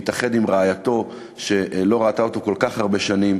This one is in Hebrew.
מתאחד עם רעייתו שלא ראתה אותו כל כך הרבה שנים,